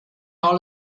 all